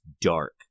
dark